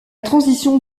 transition